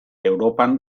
europan